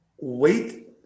wait